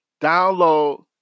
download